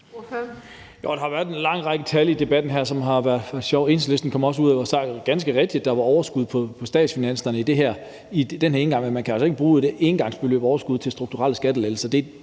der har været en lang række tal i debatten her, og det har været sjovt. Enhedslisten kom også ud og sagde, at der ganske rigtigt var overskud på statsfinanserne den her ene gang, men man kan altså ikke bruge et engangsoverskud til strukturelle skattelettelser.